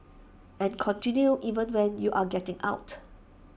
and continues even when you're getting out